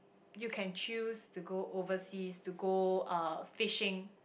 you can choose to go overseas to go uh fishing